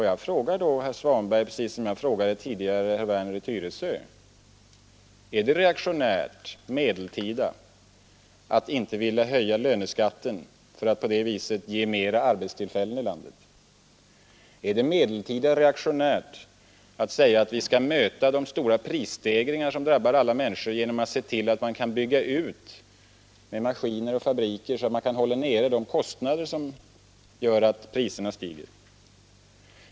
Jag frågar då herr Svanberg precis som jag tidigare frågat herr Werner i Tyresö: Är det medeltida reaktionärt att inte vilja höja löneskatten för att på det viset skapa flera arbetstillfällen i landet? Är det medeltida reaktionärt att säga att vi skall möta de stora prisstegringar som drabbar alla människor genom att se till att man kan bygga ut med maskiner och fabriker så att de kostnader som medför att priserna stiger kan hållas nere?